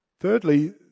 Thirdly